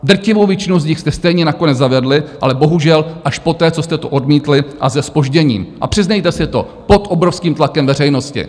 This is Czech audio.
Drtivou většinu z nich jste stejně nakonec zavedli, ale bohužel až poté, co jste to odmítli, se zpožděním a přiznejte si to pod obrovským tlakem veřejnosti.